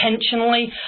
intentionally